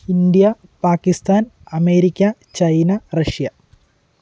India Pakistan America China Russia